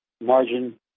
margin